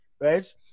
right